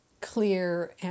clear